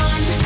One